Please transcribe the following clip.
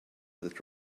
that